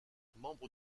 membre